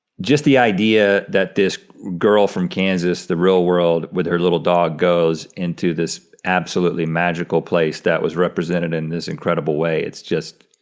just the idea that this girl from kansas, the real world, with her little dog goes into this absolutely magical place that was represented in this incredible way, it's just,